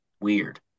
weird